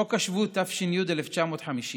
חוק השבות, התש"י 1950,